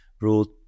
ruled